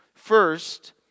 First